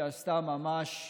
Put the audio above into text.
שעשתה ממש,